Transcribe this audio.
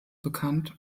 bekannt